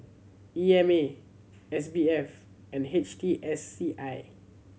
E M A S B F and H T S C I